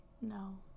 No